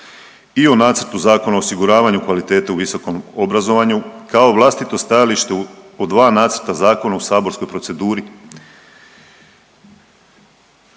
i o nacrtu Zakona o osiguravanju kvalitete u visokom obrazovanju kao vlastito stajalište u dva nacrta zakona u saborskoj proceduri.